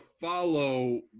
follow